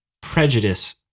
prejudice